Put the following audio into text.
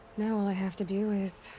now all i have to do is.